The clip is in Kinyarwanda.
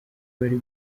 bari